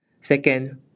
Second